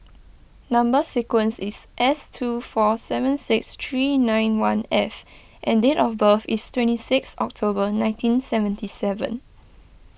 Number Sequence is S two four seven six three nine one F and date of birth is twenty sixth October nineteen seventy seven